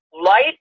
light